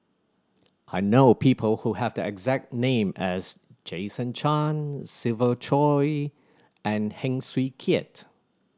I know people who have the exact name as Jason Chan Siva Choy and Heng Swee Keat